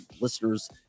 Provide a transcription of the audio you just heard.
listeners